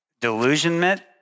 delusionment